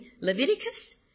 Leviticus